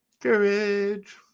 Courage